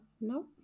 no